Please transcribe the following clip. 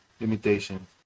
limitation